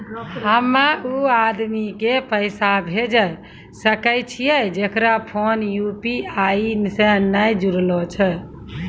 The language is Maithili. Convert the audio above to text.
हम्मय उ आदमी के पैसा भेजै सकय छियै जेकरो फोन यु.पी.आई से नैय जूरलो छै?